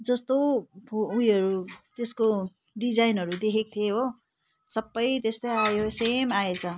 जस्तो फो उयोहरू त्यसको डिजाइनहरू देखेको थिएँ हो सबै त्यस्तै आयो सेम आएछ